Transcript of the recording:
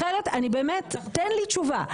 תן לי תשובה,